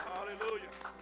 Hallelujah